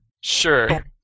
Sure